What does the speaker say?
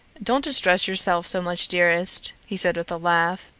don't distress yourself so much, dearest, he said with a laugh.